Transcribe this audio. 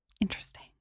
Interesting